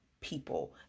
people